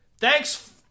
Thanks